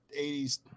80s